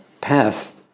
path